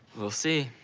we'll see.